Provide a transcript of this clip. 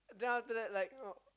then after that like